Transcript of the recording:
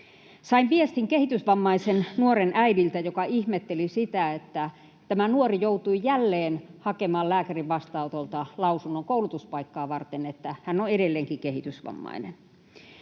Sain viestin kehitysvammaisen nuoren äidiltä, joka ihmetteli sitä, että tämä nuori joutui jälleen hakemaan lääkärin vastaanotolta lausunnon koulutuspaikkaa varten siitä, että hän on edelleenkin kehitysvammainen.